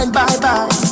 bye-bye